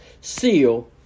seal